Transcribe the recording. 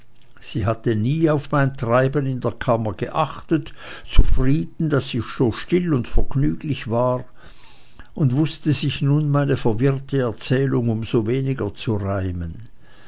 sie hatte nie auf mein treiben in der kammer geachtet zufrieden daß ich so still und vergnüglich war und wußte sich nun meine verwirrte erzählung um so weniger zu reimen